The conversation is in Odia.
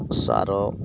ସାର